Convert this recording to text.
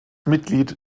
mitglied